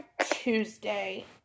Tuesday